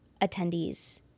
attendees